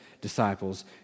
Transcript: disciples